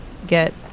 get